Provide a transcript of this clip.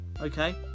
Okay